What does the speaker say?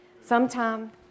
Sometime